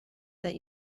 that